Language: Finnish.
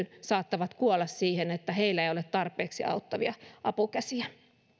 saattavat kuolla siihen että heillä ei ei ole tarpeeksi auttavia apukäsiä